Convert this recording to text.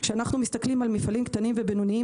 כשאנחנו מסתכלים על מפעלים קטנים ובינוניים